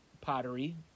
pottery